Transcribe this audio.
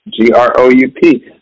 G-R-O-U-P